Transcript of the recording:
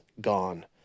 gone